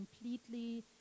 completely